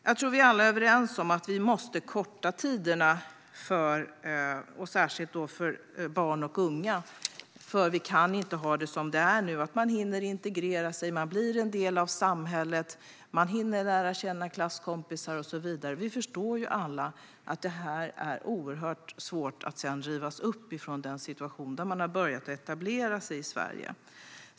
Jag tror att alla är överens om att väntetiderna måste kortas, särskilt för barn och unga. Vi kan inte ha det som det är nu. Man hinner integreras, bli en del av samhället, lära känna klasskompisar och så vidare. Vi förstår alla att det är oerhört svårt att rivas upp från den situation där man har börjat etablera sig i Sverige.